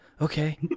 okay